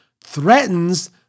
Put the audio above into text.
threatens